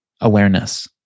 awareness